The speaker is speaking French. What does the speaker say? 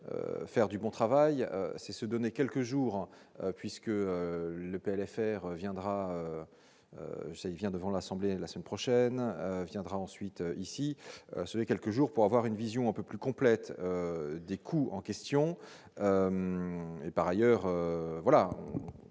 faire du bon travail, c'est se donner quelques jours puisque le PLFR viendra vient devant l'Assemblée la semaine prochaine, viendra ensuite ici sur quelques jours pour avoir une vision un peu plus complète des coûts en question et, par ailleurs, voilà,